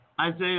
Isaiah